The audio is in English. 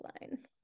line